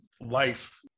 life